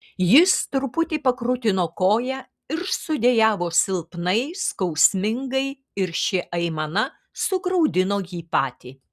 jis truputį pakrutino koją ir sudejavo silpnai skausmingai ir ši aimana sugraudino jį patį